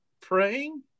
praying